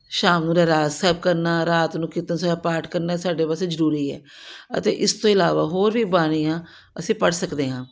ਸ਼ਾਮ ਨੂੰ ਰਹਿਰਾਸ ਸਾਹਿਬ ਕਰਨਾ ਰਾਤ ਨੂੰ ਕੀਰਤਨ ਸੋਹਿਲਾ ਦਾ ਪਾਠ ਕਰਨਾ ਸਾਡੇ ਵਾਸਤੇ ਜ਼ਰੂਰੀ ਹੈ ਅਤੇ ਇਸ ਤੋਂ ਇਲਾਵਾ ਹੋਰ ਵੀ ਬਾਣੀਆਂ ਅਸੀਂ ਪੜ੍ਹ ਸਕਦੇ ਹਾਂ